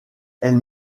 elle